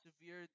severe